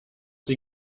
sie